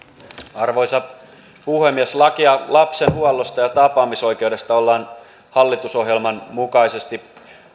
arvoisa puhemies lakia lapsen huollosta ja tapaamisoikeudesta ollaan hallitusohjelman mukaisesti